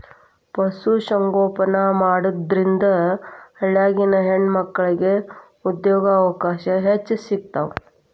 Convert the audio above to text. ಪಶು ಸಂಗೋಪನೆ ಮಾಡೋದ್ರಿಂದ ಹಳ್ಳ್ಯಾಗಿನ ಹೆಣ್ಣಮಕ್ಕಳಿಗೆ ಉದ್ಯೋಗಾವಕಾಶ ಹೆಚ್ಚ್ ಸಿಗ್ತಾವ